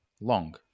long